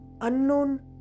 unknown